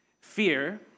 fear